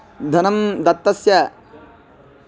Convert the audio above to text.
धनं दत्तस्य